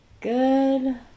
Good